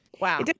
wow